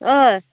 হয়